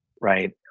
right